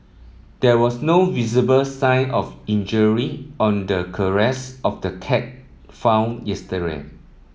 there was no visible sign of injury on the of the cat found yesterday